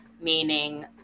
meaning